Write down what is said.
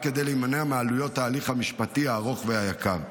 רק כדי להימנע מעלויות ההליך המשפטי הארוך והיקר.